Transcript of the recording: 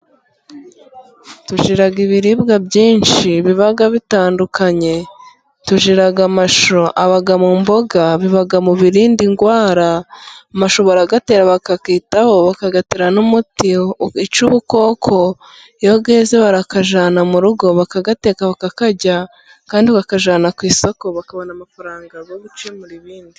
Tugira ibiribwa byinshi biba bitandukanye. Tugira amashu aba mu mboga. Aba mu birinda indwara. Amashu barayatera bakayitaho, bakayatera umuti wica ubukoko. Iyo yeze barayajyana mu rugo bakayateka bakayarya. Kandi bayajyana ku isoko, bakabona amafaranga yo gukemura ibindi.